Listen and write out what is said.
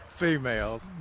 Females